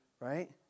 Right